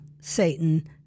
Satan